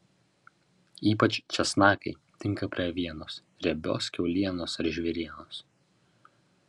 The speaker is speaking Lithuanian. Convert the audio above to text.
ypač česnakai tinka prie avienos riebios kiaulienos ar žvėrienos